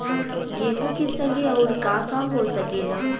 गेहूँ के संगे अउर का का हो सकेला?